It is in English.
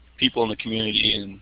people in the community,